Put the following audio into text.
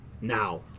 Now